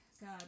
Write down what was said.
God